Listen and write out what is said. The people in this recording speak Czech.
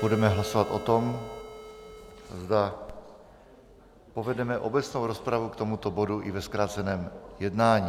Budeme hlasovat o tom, zda povedeme obecnou rozpravu k tomuto bodu i ve zkráceném jednání.